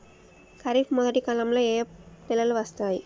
ఖరీఫ్ మొదటి కాలంలో ఏ నెలలు వస్తాయి?